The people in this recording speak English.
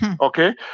Okay